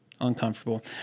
uncomfortable